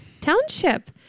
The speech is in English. township